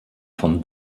von